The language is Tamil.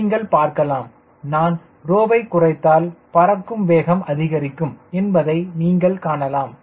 நீங்கள் பார்க்கலாம் நான் rho வை குறைத்தால் பறக்கும் வேகம் அதிகரிக்கும் என்பதை நீங்கள் காணலாம்